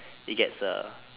it gets uh